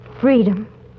Freedom